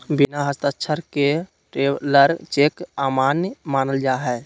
बिना हस्ताक्षर के ट्रैवलर चेक अमान्य मानल जा हय